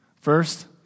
first